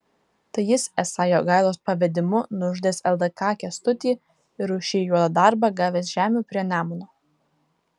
tai jis esą jogailos pavedimu nužudęs ldk kęstutį ir už šį juodą darbą gavęs žemių prie nemuno